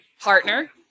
partner